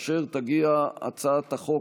וחברת הכנסת חיימוביץ'